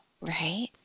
Right